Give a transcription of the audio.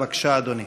בבקשה, אדוני.